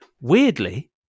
weirdly